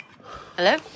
Hello